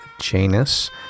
Janus